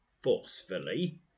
forcefully